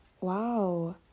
wow